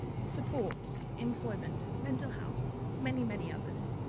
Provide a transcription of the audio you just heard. support, employment, mental health, many, many others.